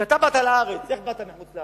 כשאתה באת לארץ, איך באת מחוץ-לארץ?